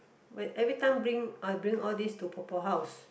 when every time bring I bring all these to 婆婆 house